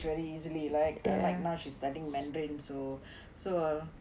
very easily like right now she's studying mandarin so so